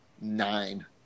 nine